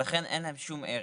ולכן אין להם שום ערך.